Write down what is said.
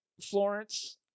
Florence